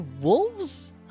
wolves